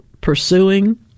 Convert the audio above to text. pursuing